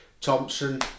Thompson